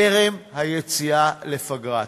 טרם היציאה לפגרה.